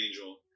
angel